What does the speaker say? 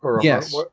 Yes